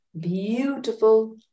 beautiful